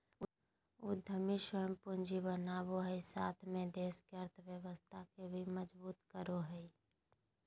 उद्यमी स्वयं पूंजी बनावो हइ साथ में देश के अर्थव्यवस्था के भी मजबूत करो हइ